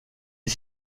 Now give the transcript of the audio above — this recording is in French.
est